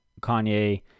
Kanye